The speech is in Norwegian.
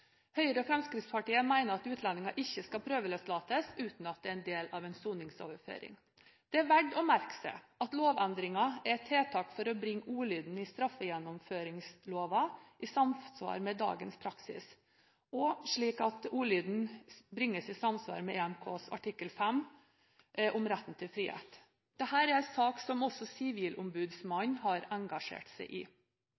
Høyre og Fremskrittspartiet mener at utlendinger ikke skal prøveløslates uten at det er en del av en soningsoverføring. Det er verdt å merke seg at lovendringen er tiltak for å bringe ordlyden i straffegjennomføringsloven i samsvar med dagens praksis, og slik at ordlyden bringes i samsvar med EMK artikkel 5 om retten til frihet. Dette er en sak som også